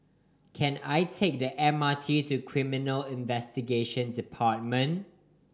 can I take the M R T to Criminal Investigation Department